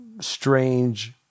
strange